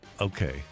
Okay